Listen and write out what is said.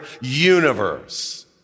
universe